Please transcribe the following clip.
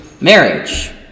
marriage